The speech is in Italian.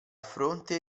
fronte